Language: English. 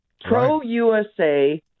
Pro-USA